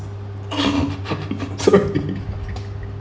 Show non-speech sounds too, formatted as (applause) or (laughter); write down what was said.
(laughs) sorry (laughs)